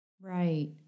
Right